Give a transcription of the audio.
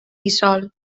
dissol